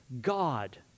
God